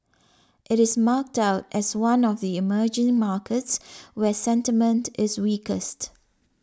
it is marked out as one of the emerging markets where sentiment is weakest